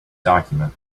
document